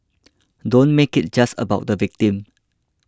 don't make it just about the victim